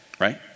right